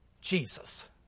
Jesus